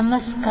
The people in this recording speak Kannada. ನಮಸ್ಕಾರ